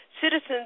citizens